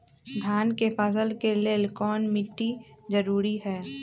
धान के फसल के लेल कौन मिट्टी जरूरी है?